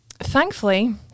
Thankfully